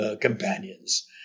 companions